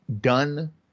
done